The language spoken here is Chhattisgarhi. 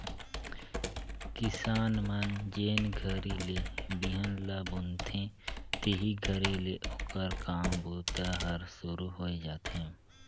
किसान मन जेन घरी ले बिहन ल बुनथे तेही घरी ले ओकर काम बूता हर सुरू होए जाथे